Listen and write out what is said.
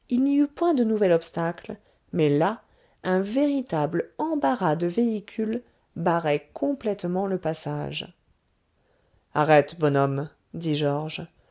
point de nouvel obstacle mais là un véritable embarras de véhicules barrait complètement le passage arrête bonhomme dit georges